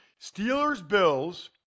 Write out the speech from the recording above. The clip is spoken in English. Steelers-Bills